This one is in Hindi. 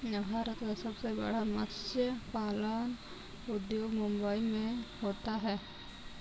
भारत का सबसे बड़ा मत्स्य पालन उद्योग मुंबई मैं होता है